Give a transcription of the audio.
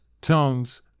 tongues